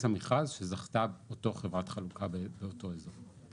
המכרז שזכתה אותה חברת חלוקה באותו אזור.